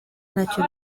ntacyo